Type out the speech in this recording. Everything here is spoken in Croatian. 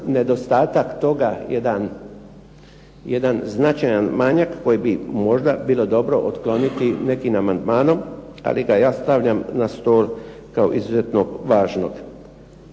nedostatak toga jedan značajan manjak kojega bi bilo dobro otkloniti nekim amandmanom, ali ga ja stavljam na stol kao izuzetnog važnog.